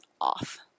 off